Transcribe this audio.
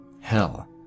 Hell